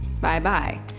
bye-bye